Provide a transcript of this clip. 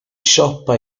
siopa